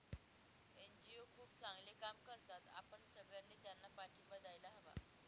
NGO खूप चांगले काम करतात, आपण सगळ्यांनी त्यांना पाठिंबा द्यायला हवा